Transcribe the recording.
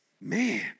man